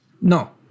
No